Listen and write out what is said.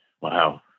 Wow